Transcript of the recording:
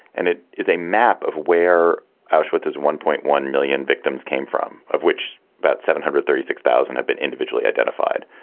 and it is a map of where auschwitz is. one point one million victims came from. of which about seven hundred, thirty six thousand have been individually identified.